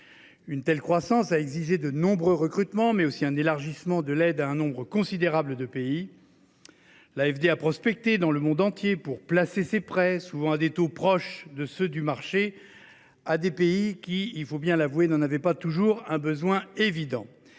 Une telle croissance a exigé de nombreux recrutements, mais aussi un élargissement de l’aide à un nombre considérable de pays. L’AFD a prospecté dans le monde entier pour placer ses prêts, souvent à des taux proches de ceux du marché, auprès de pays qui – il faut bien l’avouer – n’en avaient pas toujours un besoin évident.